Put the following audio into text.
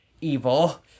evil